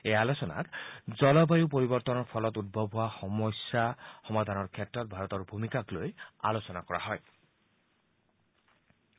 এই আলোচনাত জলবায়ু পৰিৱৰ্তনৰ ফলত উদ্ভৱ হোৱা বিভিন্ন সমস্যা সমাধানৰ ক্ষেত্ৰত ভাৰতৰ ভূমিকাক লৈ আলোচনা কৰা হয়